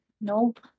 Nope